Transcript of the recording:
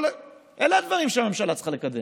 אלה הדברים שהממשלה צריכה לקדם.